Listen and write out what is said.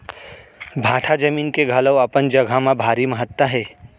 भाठा जमीन के घलौ अपन जघा म भारी महत्ता हे